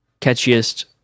catchiest